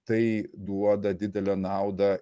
tai duoda didelę naudą